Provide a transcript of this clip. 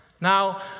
Now